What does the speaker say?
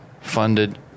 funded